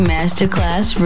Masterclass